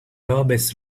hobbits